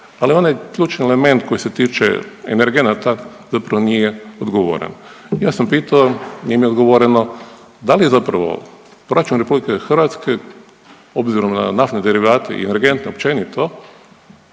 ali onaj ključni element koji se tiče energenata zapravo nije odgovoren. Ja sam pitao, nije mi odgovoreno, da li je zapravo proračun RH obzirom na naftne derivate i energente općenito